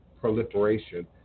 proliferation